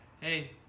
Hey